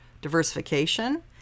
diversification